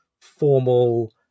formal